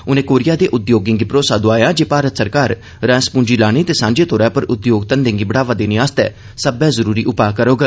उनें कोरिया दे उद्योगें गी भरोया दोआया जे भारत सरकार रासपूंजी लाने ते सांझे तौर पर उद्योग धंधें गी बढ़ावा देने लेई सब्बै जरुरी उपा करोग